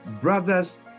brothers